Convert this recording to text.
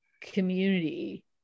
community